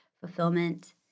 fulfillment